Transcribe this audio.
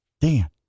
Dan